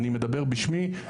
אני מדבר בשמי.